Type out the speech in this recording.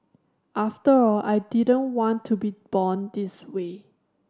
after all I didn't want to be born this way